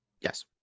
Yes